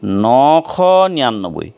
নশ নিৰান্নব্বৈ